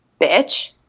bitch